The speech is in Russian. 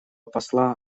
посла